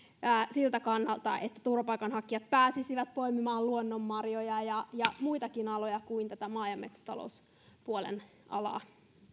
siltä kannalta että turvapaikanhakijat pääsisivät poimimaan luonnonmarjoja ja ja muillekin aloille kuin maa ja metsätalouspuolen alalle